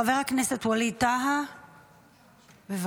חבר הכנסת ווליד טאהא, בבקשה.